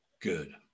good